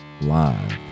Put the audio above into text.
Live